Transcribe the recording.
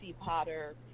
Potter